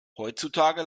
heutzutage